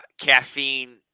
caffeine